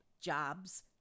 jobs